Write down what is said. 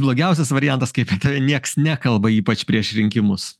blogiausias variantas kaip niekas nekalba ypač prieš rinkimus